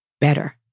better